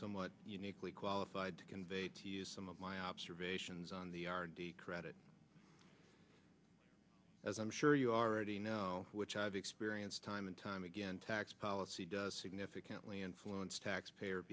somewhat uniquely qualified to convey to you some of my observations on the credit as i'm sure you already know which i've experienced time and time again tax policy does significantly influence tax payer